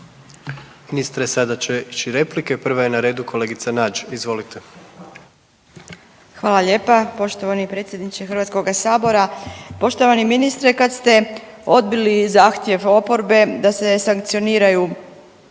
Ministre sada će ići replike, prva je na redu kolegica Nađ. Izvolite. **Nađ, Vesna (Nezavisni)** Hvala lijepa poštovani predsjedniče Hrvatskoga sabora. Poštovani ministre kad ste odbili zahtjev oporbe da se sankcioniraju